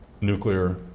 nuclear